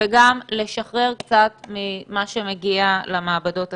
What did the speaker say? וגם לשחרר קצת ממה שמגיע למעבדות עצמן.